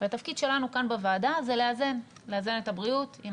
והתפקיד שלנו כאן בוועדה זה לאזן את הבריאות עם